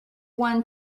one